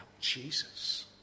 Jesus